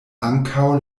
ankaŭ